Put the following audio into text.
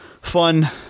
fun